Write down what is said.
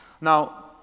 Now